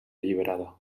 alliberada